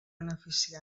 beneficiari